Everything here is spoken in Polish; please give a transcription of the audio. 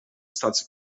stacji